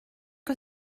que